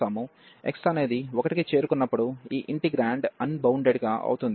x అనేది 1 కి చేరుకున్నప్పుడు ఈ ఇంటిగ్రాండ్ అన్బౌండెడ్ గా అవుతుంది